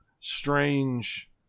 strange